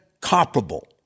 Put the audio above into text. comparable